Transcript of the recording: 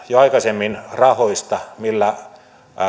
jo aikaisemmin rahoista millä